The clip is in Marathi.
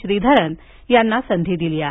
श्रीधरन यांना संधी दिली आहे